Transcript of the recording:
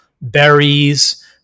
berries